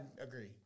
agree